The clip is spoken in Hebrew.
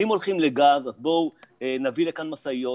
אם הולכים לגז אז בואו נביא לכאן משאיות,